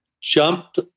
jumped